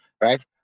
right